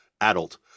adult